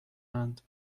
اند